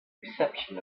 reception